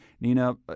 Nina